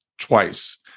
twice